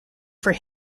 for